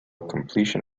completion